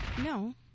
no